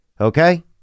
okay